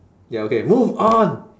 ya okay move on